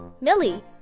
Millie